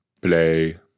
play